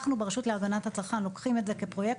אנחנו ברשות להגנת הצרכן לוקחים את זה כפרויקט,